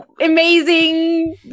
amazing